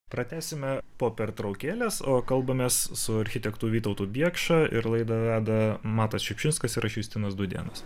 pratęsime po pertraukėlės o kalbamės su architektu vytautu biekša ir laidą veda matas šiupšinskas ir aš justinas dūdėnas